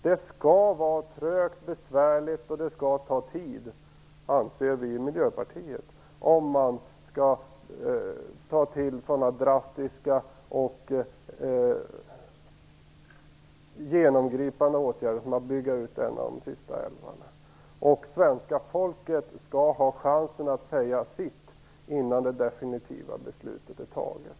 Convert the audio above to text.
Vi i Miljöpartiet anser att det skall vara trögt och besvärligt och att det skall ta tid om man skall vidta sådana drastiska och genomgripande åtgärder som att bygga ut en av de sista orörda älvarna. Svenska folket skall ha chansen att säga sitt innan det definitiva beslutet är fattat.